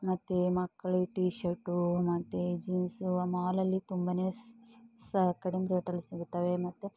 ಮತ್ತೆ ಮಕ್ಳಿಗೆ T shirt ಮತ್ತೆ ಜೀನ್ಸು ಮಾಲಲ್ಲಿ ತುಂಬನೇ ಸ ಕಡಿಮೆ ರೇಟಲ್ಲಿ ಸಿಗ್ತವೆ ಮತ್ತೆ